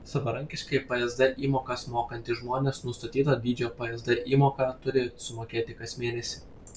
savarankiškai psd įmokas mokantys žmonės nustatyto dydžio psd įmoką turi sumokėti kas mėnesį